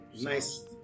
nice